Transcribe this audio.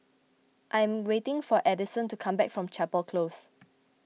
I am waiting for Adyson to come back from Chapel Close